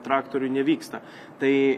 traktoriuj nevyksta tai